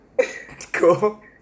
Cool